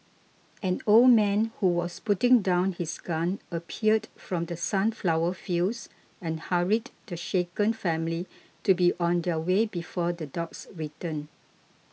an old man who was putting down his gun appeared from the sunflower fields and hurried the shaken family to be on their way before the dogs return